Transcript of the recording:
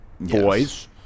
boys